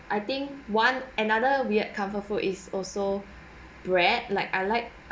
I think one another weird comfort food is also bread like I like